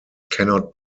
cannot